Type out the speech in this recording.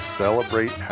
celebrate